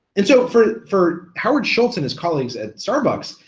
and so for for howard schultz and his colleagues at starbucks,